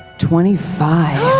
twenty five.